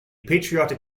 patriotic